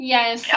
Yes